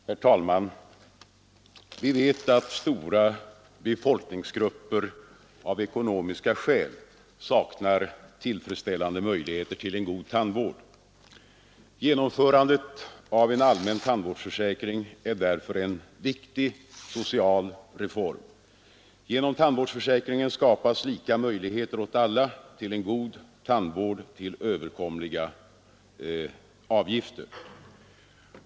Herr talman! Vi vet att stora befolkningsgrupper av ekonomiska skäl saknar tillfredsställande möjligheter till en god tandvård. Genomförandet av en allmän tandvårdsförsäkring är därför en viktig social reform. Genom tandvårdsförsäkringen skapas lika möjligheter åt alla till en god tandvård till överkomliga avgifter.